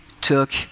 took